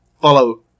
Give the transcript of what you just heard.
follow